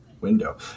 window